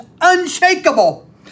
unshakable